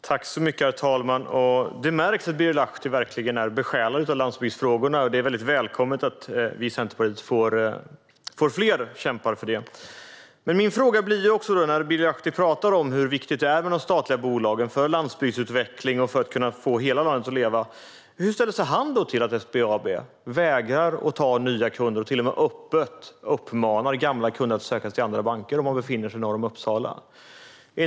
Herr talman! Det märks att Birger Lahti verkligen är besjälad av landsbygdsfrågorna, och det är väldigt välkommet att vi i Centerpartiet får fler kämpar för dem. Birger Lahti talar om hur viktigt det är med de statliga bolagen för landsbygdsutveckling och för att få hela landet att leva. Hur ställer han sig då till att SBAB vägrar att ta nya kunder och till och med öppet uppmanar gamla kunder att söka sig till andra banker om de befinner sig norr om Uppsala?